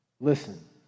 Listen